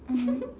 mmhmm